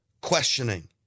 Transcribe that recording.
questioning